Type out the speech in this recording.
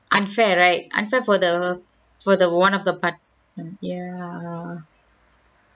unfair right unfair for the for the one of the part~ ya